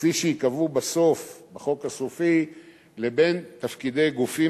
כפי שייקבעו בחוק הסופי לבין תפקידי גופים